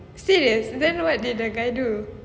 serious then what did the guy do